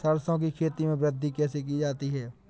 सरसो की खेती में वृद्धि कैसे की जाती है?